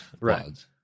Right